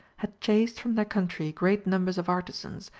had chased from their country great numbers of artisans,